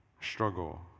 Struggle